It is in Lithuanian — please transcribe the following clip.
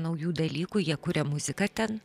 naujų dalykų jie kuria muziką ten